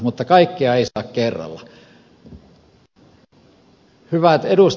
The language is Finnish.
mutta kaikkea ei saa kerralla